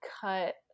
cut